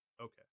Okay